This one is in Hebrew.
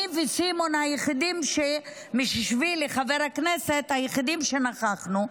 אני וחבר הכנסת סימון מושיאשוילי היחידים שנכחנו,